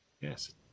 yes